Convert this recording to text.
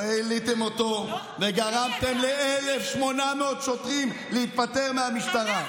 לא העליתם, וגרמתם ל-1,800 שוטרים להתפטר מהמשטרה.